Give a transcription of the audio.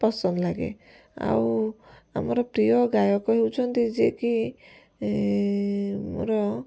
ପସନ୍ଦ ଲାଗେ ଆଉ ଆମର ପ୍ରିୟ ଗାୟକ ହେଉଛନ୍ତି ଯେ କି ମୋର